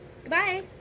Goodbye